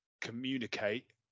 Communicate